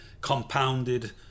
compounded